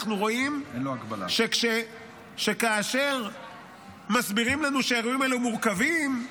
אנחנו רואים שכאשר מסבירים לנו שהאירועים האלה מורכבים,